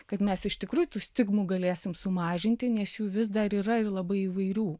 kad mes iš tikrųjų tų stigmų galėsim sumažinti nes jų vis dar yra ir labai įvairių